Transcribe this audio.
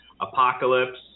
Apocalypse